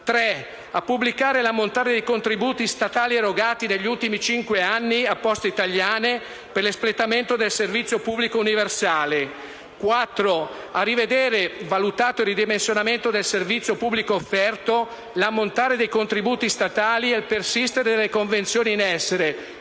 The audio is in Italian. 3) pubblicare l'ammontare dei contributi statali erogati negli ultimi cinque anni a Poste italiane per l'espletamento del servizio pubblico universale; 4) rivedere, valutato il ridimensionamento del servizio pubblico offerto, l'ammontare dei contributi statali e il persistere delle convenzioni in essere,